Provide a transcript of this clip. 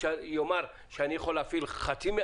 יאמר שאפשר להפעיל חצי,